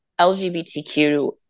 LGBTQ